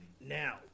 Now